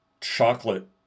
chocolate